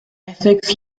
ethics